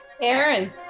Aaron